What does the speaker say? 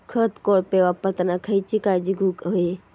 खत कोळपे वापरताना खयची काळजी घेऊक व्हयी?